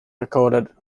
recorded